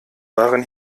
waren